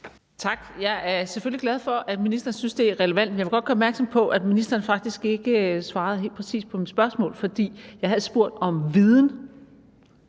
Tak. Jeg er selvfølgelig glad for, at ministeren synes, det er relevant. Men jeg vil godt gøre opmærksom på, at ministeren faktisk ikke svarede helt præcist på mit spørgsmål, for jeg havde spurgt om viden.